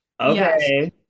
Okay